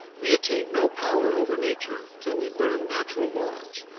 we attain no power over nature till we learn natural laws,